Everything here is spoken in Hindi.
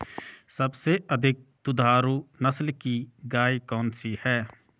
सबसे अधिक दुधारू नस्ल की गाय कौन सी है?